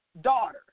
daughter